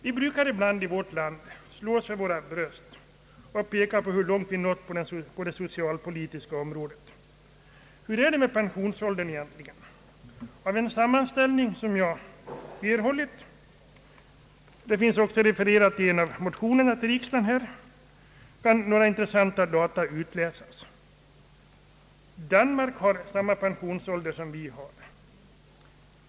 Vi brukar ibland i vårt land slå oss för våra bröst och peka på hur långt vi har nått på det socialpolitiska området. Hur är det egentligen med pensionsåldern? Av en sammanställning som jag erhållit — den finns refererad i en av motionerna i denna fråga — kan några intressanta data utläsas. I Danmark gäller samma pensionsålder som i vårt land.